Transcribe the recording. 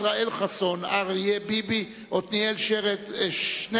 ישראל חסון, אריה ביבי, עתניאל שנלר